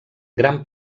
gran